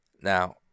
Now